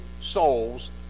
souls